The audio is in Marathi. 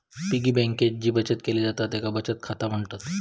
पिगी बँकेत जी बचत केली जाता तेका बचत खाता म्हणतत